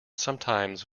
sometimes